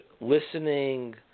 listening